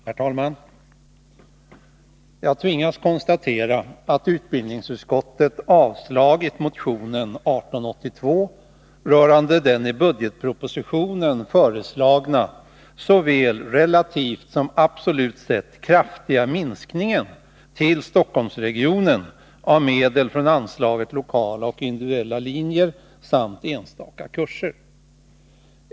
Herr talman! Jag tvingas konstatera att utbildningsutskottet avstyrkt motionen 1982/83:1882 rörande den i budgetpropositionen föreslagna, såväl relativt som absolut sett, kraftiga minskningen i Stockholmsregionen av medel från anslaget Lokala och individuella linjer och enstaka kurser.